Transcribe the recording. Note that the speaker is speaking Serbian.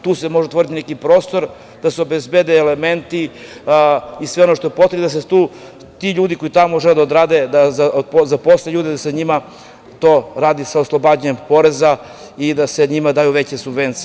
Tu se može otvoriti neki prostor da se obezbede elementi i sve ono što je potrebno da se ti ljudi koji tamo žele da rade, da zaposle ljude da sa njima to rade sa oslobađanjem poreza i da se njima daju veće subvencije.